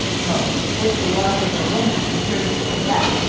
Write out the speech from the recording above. ho! what's the loss of a woman compared with death?